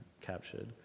captured